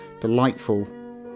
delightful